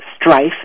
strife